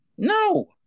No